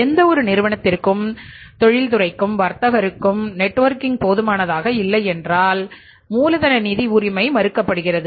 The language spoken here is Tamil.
எந்தவொரு நிறுவனத்திற்கும் தொழிற்துறைக்கும் வர்த்தகருக்கும் நெட்வொர்க்கிங் போதுமானதாக இல்லை என்றால்மூலதன நிதி உரிமை மறுக்கப்படுகிறது